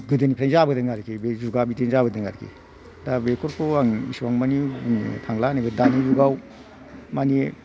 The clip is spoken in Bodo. गोदोनिफ्रायनो जाबोदों आरिखि बे जुगा बिदिनो जाबोदों आरिखि दा बेफोरखौ आं एसेबां मानि बुंनो थांला नैबै दानि जुगाव मानि